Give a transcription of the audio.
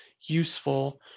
useful